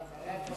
ואחריו,